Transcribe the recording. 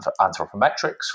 anthropometrics